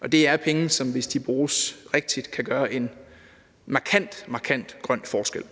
Og det er penge, som, hvis de bruges rigtigt, kan gøre en markant, markant grøn forskel.